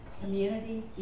community